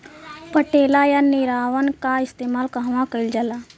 पटेला या निरावन का इस्तेमाल कहवा कइल जाला?